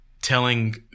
Telling